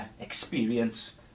experience